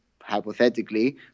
hypothetically